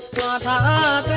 da da